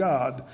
God